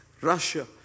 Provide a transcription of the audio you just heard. Russia